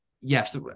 yes